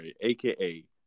aka